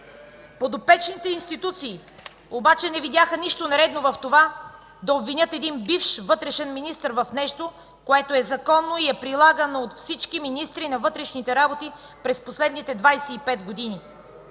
Подопечните институции обаче не видяха нищо нередно в това да обвинят един бивш вътрешен министър в нещо, което е законно и е прилагано от всички министри на вътрешните работи през последните 25 години.